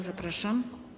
Zapraszam.